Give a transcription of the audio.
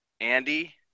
Andy